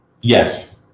Yes